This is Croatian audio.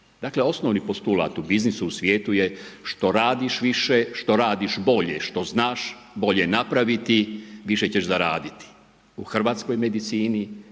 Dakle, osnovni postulat u biznisu u svijetu je što radiš više, što radiš bolje, što znaš bolje napraviti više ćeš zaraditi. U hrvatskoj medicini